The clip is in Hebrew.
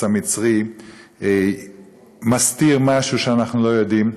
המצרי מסתיר משהו שאנחנו לא יודעים,